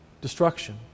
destruction